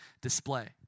display